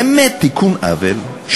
באמת תיקון עוול,